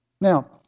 Now